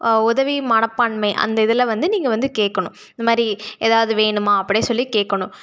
உதவி மனப்பான்மை அந்த இதில் வந்து நீங்கள் வந்து கேட்கணும் இந்தமாதிரி ஏதாவது வேணுமா அப்டி சொல்லி கேட்கணும்